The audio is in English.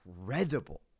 incredible